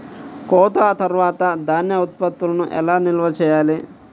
కోత తర్వాత ధాన్య ఉత్పత్తులను ఎలా నిల్వ చేయాలి?